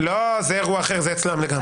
לא, זה אירוע אחר, זה אצלם לגמרי.